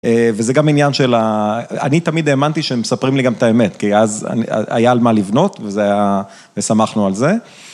וזה גם עניין של, אני תמיד האמנתי שהם מספרים לי גם את האמת, כי אז היה על מה לבנות וזה היה, וסמכנו על זה.